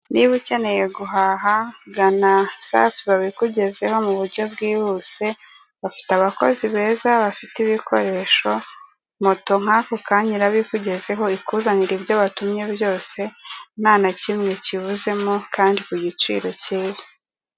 Niba ukeneye guhaha gana safi babikugezeho mu buryo bwihuse, bafite abakozi beza bafite ibikoresho, moto nk'ako kanya iraba ikugezeho ikuzanire ibyo watumye byose nta na kimwe kibuzemo kandi ku giciro cyiza.